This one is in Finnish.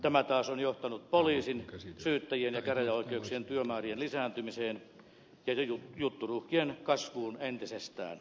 tämä taas on johtanut poliisin syyttäjien ja käräjäoikeuksien työmäärien lisääntymiseen ja jutturuuhkien kasvuun entisestään